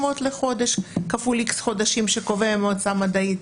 לחודש כפול X חודשים שקובעת המועצה המדעית.